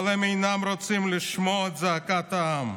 אבל הם אינם רוצים לשמוע את זעקת העם.